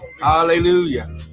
Hallelujah